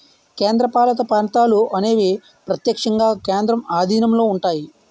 కేంద్రపాలిత ప్రాంతాలు అనేవి ప్రత్యక్షంగా కేంద్రం ఆధీనంలో ఉంటాయి